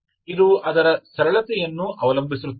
ಇದು ಅದರ ಸರಳತೆಯನ್ನು ಅವಲಂಬಿಸಿರುತ್ತದೆ